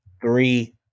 three